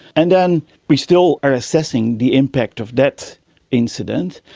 and then we still are assessing the impact of that incident.